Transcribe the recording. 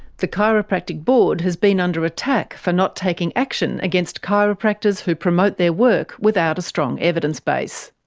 the chiropractic board has been under attack for not taking action against chiropractors who promote their work without a strong evidence base.